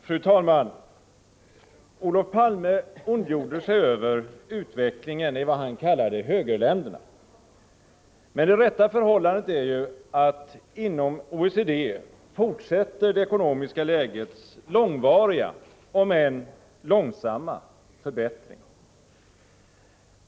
Fru talman! Olof Palme ondgjorde sig över utvecklingen i vad han kallade högerländerna. Men det rätta förhållandet är att inom OECD fortsätter det ekonomiska lägets långvariga om än långsamma förbättring.